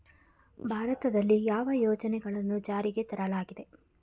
ಭಾರತದಲ್ಲಿ ಯಾವ ಯೋಜನೆಗಳನ್ನು ಜಾರಿಗೆ ತರಲಾಗಿದೆ?